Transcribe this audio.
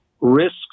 risks